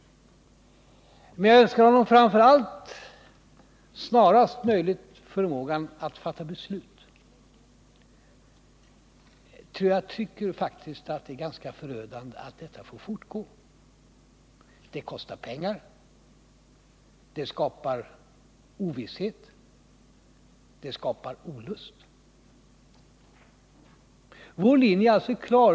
Men jag önskar honom framför allt snarast möjligt förmågan att fatta beslut, ty jag tycker faktiskt att det är ganska förödande att detta får fortgå. Det kostar pengar. Det skapar ovisshet. Det skapar olust. Vår linje är alltså klar.